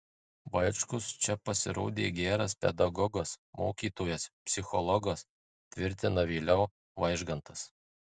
vaičkus čia pasirodė geras pedagogas mokytojas psichologas tvirtina vėliau vaižgantas